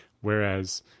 Whereas